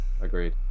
agreed